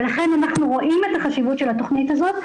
ולכן אנחנו רואים את החשיבות של התכנית הזאת.